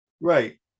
Right